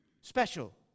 special